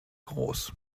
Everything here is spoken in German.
groß